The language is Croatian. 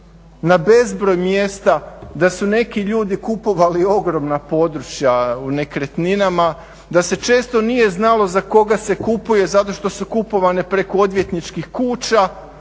na bezbroj mjesta da su neki ljudi kupovali ogromna područja u nekretninama, da se često nije znalo za koga se kupuje, zato što su kupovane preko odvjetničkih kuća